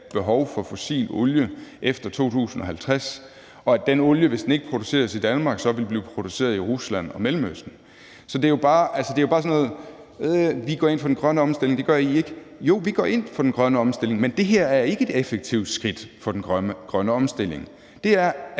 behov for fossil olie efter 2050, og at den olie, hvis den ikke produceres i Danmark, så vil blive produceret i Rusland og Mellemøsten. Så det er jo bare sådan noget med at sige: Vi går ind for den grønne omstilling, det gør I ikke. Jo, vi går ind for den grønne omstilling, men det her er ikke et effektivt skridt for den grønne omstilling. Det er